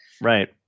Right